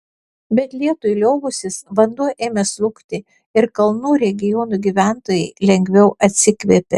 bet lietui liovusis vanduo ėmė slūgti ir kalnų regionų gyventojai lengviau atsikvėpė